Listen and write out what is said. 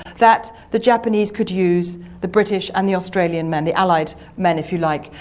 that the japanese could use the british and the australian men, the allied men if you like,